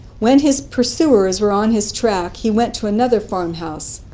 when his pursuers were on his track he went to another farm-house.